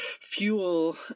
fuel